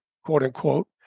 quote-unquote